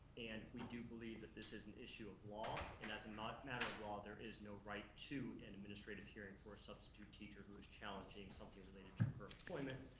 and we do believe that this is an issue of law, and ass the not matter law, there is no right to an administrative hearing for a substitute teacher who is challenging something related to perfect employment.